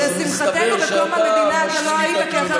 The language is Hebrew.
אז מסתבר שאתה משלים את התמונה.